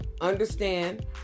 understand